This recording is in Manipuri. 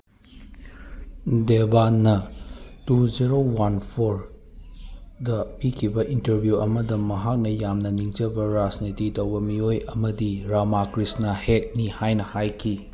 ꯗꯦꯕꯥꯟꯅ ꯇꯨ ꯖꯦꯔꯣ ꯋꯥꯟ ꯐꯣꯔꯗ ꯄꯤꯈꯤꯕ ꯏꯟꯇꯔꯚ꯭ꯌꯨ ꯑꯃꯗ ꯃꯍꯥꯛꯅ ꯌꯥꯝꯅ ꯅꯤꯡꯖꯕ ꯔꯥꯖꯅꯤꯇꯤ ꯇꯧꯕ ꯃꯤꯑꯣꯏ ꯑꯃꯗꯤ ꯔꯃꯥꯀ꯭ꯔꯤꯁꯅꯥ ꯍꯦꯛꯅꯤ ꯍꯥꯏꯅ ꯍꯥꯏꯈꯤ